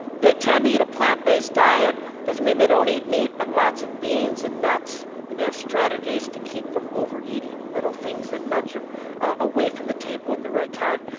they tend to eat a plant-based diet. doesn't mean they don't eat meat, but lots of beans and nuts. and they have strategies to keep from overeating, little things that nudge them away from the table at the right time.